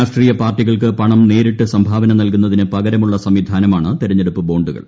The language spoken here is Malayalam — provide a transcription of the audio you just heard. രാഷ്ട്രീയ പാർട്ടികൾക്ക് പണം നേരിട്ട് സംഭാവന നൽകുന്നതിന് പകരമുള്ള സംവിധാനമാണ് തെരഞ്ഞെടുപ്പ് ബോണ്ടുകൾ